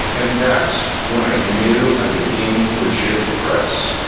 and that's when i knew i became legit press.